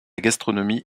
gastronomie